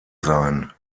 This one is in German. sein